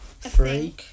Three